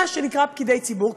מה שנקרא פקידי ציבור,